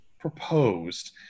proposed